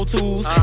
Tools